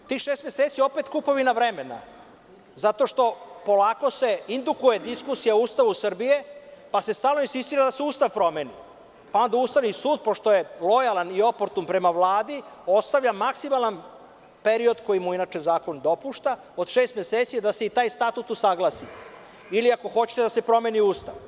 Tih šest meseci je opet kupovina vremena zato što se polako indukuje diskusija o Ustavu Srbije pa se samo insistira da se Ustav promeni, pa onda Ustavni sud, pošto je lojalan prema Vladi, ostavlja maksimalan period, koji mu inače zakon dopušta, od šest meseci da se i taj Statut usaglasi ili ako hoćete, da se promeni Ustav.